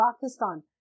Pakistan